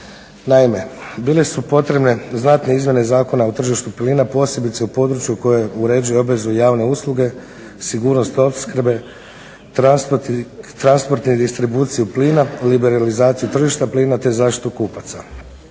Naime, bile su potrebne znatne izmjene Zakona o tržištu plina posebice u području koje uređuje obvezu javne usluge, sigurnost opskrbe, transportnu distribuciju plina, liberalizaciju tržišta plina, te zaštitu kupaca.